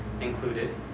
included